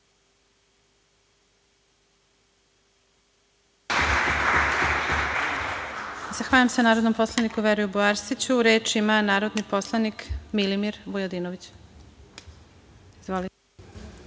Zahvaljujem se narodnom poslaniku Veroljubu Arsiću. Reč ima narodni poslanik Milimir Vujadinović. Izvolite.